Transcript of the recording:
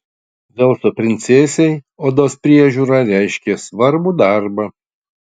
velso princesei odos priežiūra reiškė svarbų darbą